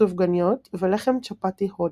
סופגניות ולחם צ'פאטי הודי,